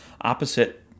Opposite